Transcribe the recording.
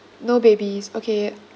no babies okay